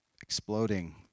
exploding